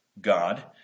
God